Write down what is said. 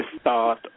start